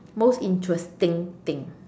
most interesting thing